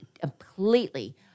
completely